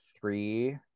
three